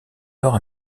nord